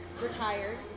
retired